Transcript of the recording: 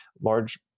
large